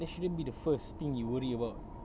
that shouldn't be the first thing you worry about